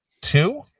two